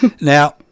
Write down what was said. Now